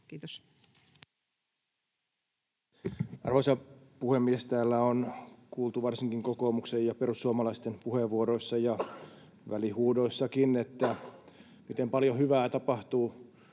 debattia. Arvoisa puhemies! Täällä on kuultu varsinkin kokoomuksen ja perussuomalaisten puheenvuoroissa ja välihuudoissakin, miten paljon hyvää tapahtuu